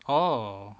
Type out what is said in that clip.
oh